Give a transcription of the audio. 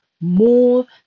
more